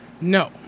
No